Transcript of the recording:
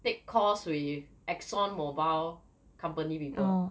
take course with Exxon Mobile company people